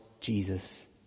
Jesus